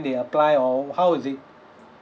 they apply or how is it